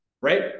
right